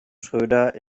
schröder